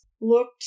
looked